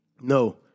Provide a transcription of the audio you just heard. No